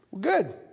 Good